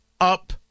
up